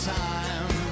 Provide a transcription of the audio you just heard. time